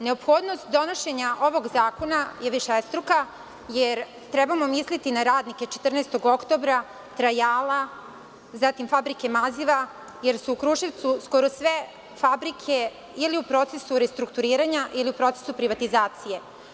Neophodnost donošenja ovog zakona je višestruka jer trebamo misliti na radnike „14. oktobra“, „Trajala“, zatim Fabrike maziva, jer su u Kruševcu skoro sve fabrike ili u procesu restrukturiranja ili u procesu privatizacije.